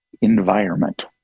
environment